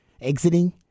exiting